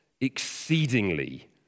exceedingly